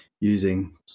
using